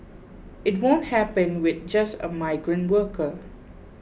it won't happen with just a migrant worker